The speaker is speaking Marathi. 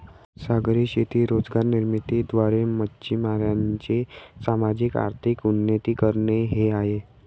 सागरी शेती रोजगार निर्मिती द्वारे, मच्छीमारांचे सामाजिक, आर्थिक उन्नती करणे हे आहे